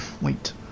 Wait